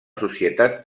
societat